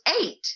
eight